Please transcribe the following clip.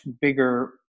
bigger